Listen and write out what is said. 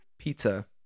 Pizza